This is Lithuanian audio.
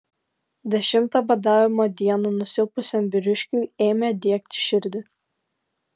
dešimtą badavimo dieną nusilpusiam vyriškiui ėmė diegti širdį